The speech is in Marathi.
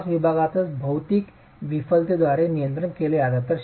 क्रॉस विभागातच भौतिक विफलतेद्वारे नियंत्रित केले जातात